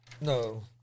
No